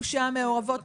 אנחנו שם מעורבות,